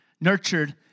nurtured